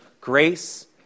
grace